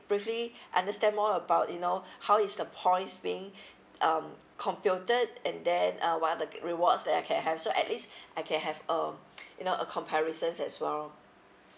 briefly understand more about you know how is the points being um computed and then uh what are the rewards that I can have so at least I can have um you know a comparison as well